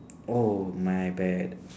oh my bad